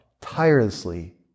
tirelessly